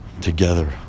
together